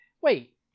wait